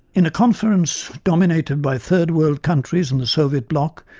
in a conference dominated by third world countries and the soviet block,